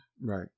Right